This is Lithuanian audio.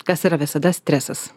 kas yra visada stresas